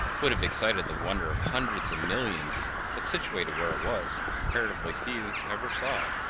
would have excited the wonder of hundreds of millions, but situated where it was, comparatively few ever saw it.